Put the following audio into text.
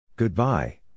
Goodbye